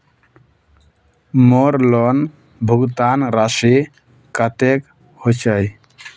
मोर लोन भुगतान राशि कतेक होचए?